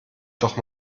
doch